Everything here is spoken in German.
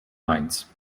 mainz